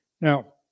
Now